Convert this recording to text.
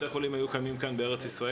בתי החולים היו קיימים כאן בארץ ישראל